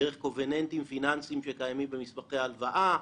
דרך קובננטים פיננסיים שקיימים במסמכי הלוואה.